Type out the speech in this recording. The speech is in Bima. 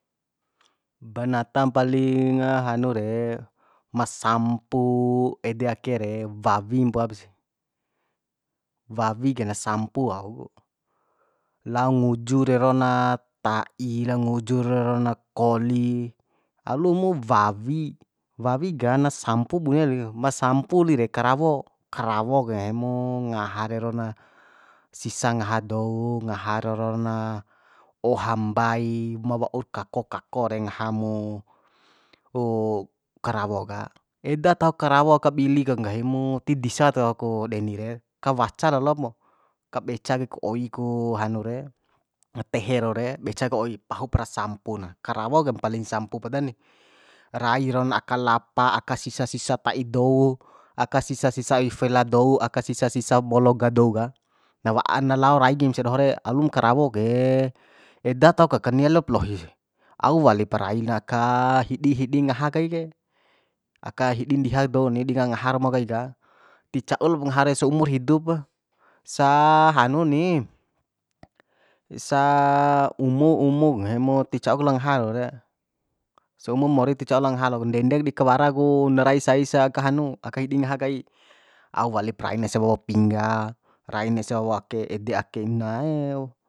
Banatam palinga hanu re masampu ede ake re wawi mpoap sih wawi ka na sampu au ku lao nguju rerona ta'i lao nguju reron koli alumu wawi wawi ga na sampu bune li ma sampuli re karawo karawo ke nggahi mu ngaha rero na sisa ngaha dou ngaha rerona oha mbai ma waur kako kako re ngaha mu karawo ka ede tahok karawo aka bili ka nggahi mu ti disa taho ku deni re kawaca lalop mu ka beca kai ku oi ku hanu re tehe rau re beca kai oi pahupra sampuna karawo ke mpaling sampu poda ni rai ron aka lapa aka sisa sisa ta'i dou aka sisa sisa oi fela dou aka sisa sisa mologa dou ka na wa'a na na lao rai kaim sia doho re alum karawo ke eda tahok ka kania lop ohi si au lipa rai na aka hidi hidi ngaha kai ke aka hidi ndiha dou reni di ngangaha romo kai ka ti cau lop ngaha re saumur hidupa sa hanu ni sa umu umu nggahimo ti cauk lao ngaha rau re saumu mori ti cauk lao ngaha loku ndende ku di kawara ku na rai sai sa aka hanu aka hidi ngaha kai au walip rain ese wawo pingga rain ese wawo ake ede ake nae